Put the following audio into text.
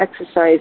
exercise